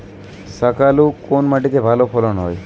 শাকালু কোন মাটিতে ভালো ফলন হয়?